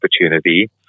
opportunity